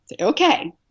Okay